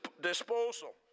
disposal